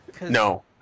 No